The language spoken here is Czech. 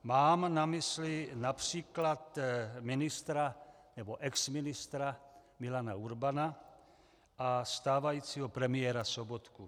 Mám na mysli například ministra, nebo exministra Milana Urbana a stávajícího premiéra Sobotku.